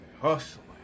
hustling